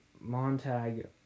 Montag